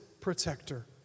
protector